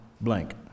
blank